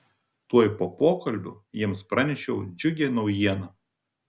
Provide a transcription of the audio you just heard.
tuoj po pokalbio jiems pranešiau džiugią naujieną